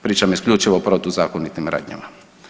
Pričam isključivo o protuzakonitim radnjama.